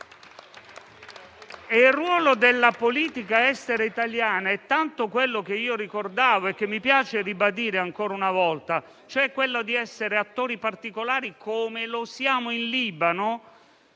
Il ruolo della politica estera italiana è quello che io ricordavo e che mi piace ribadire ancora una volta, e cioè essere attori particolari come lo siamo in Libano.